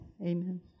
amen